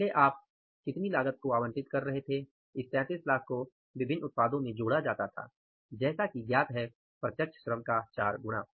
पहले हम कितनी लागत को आवंटित कर रहे थे इस 3300000 को विभिन्न उत्पादों में जोड़ा जाता था जैसा कि ज्ञात है प्रत्यक्ष श्रम का चार गुणा